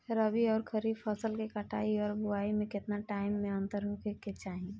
रबी आउर खरीफ फसल के कटाई और बोआई मे केतना टाइम के अंतर होखे के चाही?